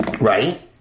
right